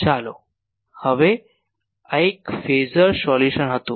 ચાલો હવે આ એક ફેઝર સોલ્યુશન હતું